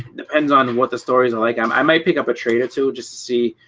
depends on what the stories are like i'm i might pick up a trader to just see